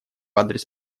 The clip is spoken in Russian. адрес